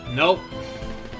nope